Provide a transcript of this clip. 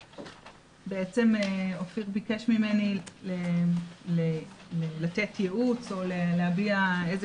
בעצם אופיר ביקש ממני לתת ייעוץ או להביע איזה